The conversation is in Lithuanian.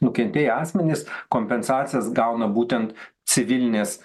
nukentėję asmenys kompensacijas gauna būtent civilinės